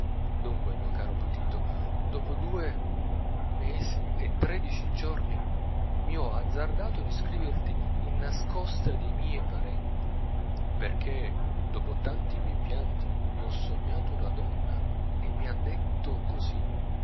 dunque mio caro potito dopo due mesi e tredici giorni mi ho azzardato di scriverti innascosta dei mie parenti perchè dopo tanti mie pianti mi ho sognato una donna e mi ha detto così figlia